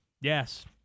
Yes